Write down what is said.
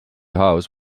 house